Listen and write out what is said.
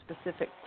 specific